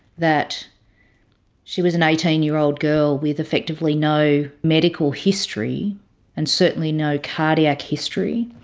that she was an eighteen year old girl with effectively no medical history and certainly no cardiac history.